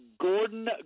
Gordon